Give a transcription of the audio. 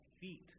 feet